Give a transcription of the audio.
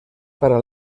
para